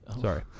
Sorry